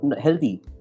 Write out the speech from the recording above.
healthy